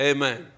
Amen